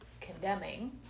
condemning